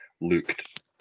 Looked